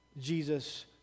Jesus